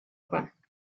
juan